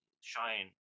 shine